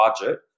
budget